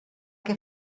que